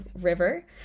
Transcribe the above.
River